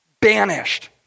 Banished